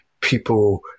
people